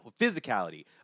physicality